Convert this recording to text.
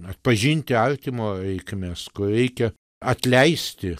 atpažinti artimo reikmes kur reikia atleisti